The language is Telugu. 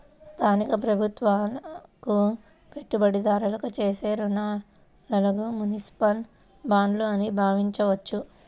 స్థానిక ప్రభుత్వాలకు పెట్టుబడిదారులు చేసే రుణాలుగా మునిసిపల్ బాండ్లు అని భావించవచ్చు